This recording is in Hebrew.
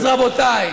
אז רבותיי,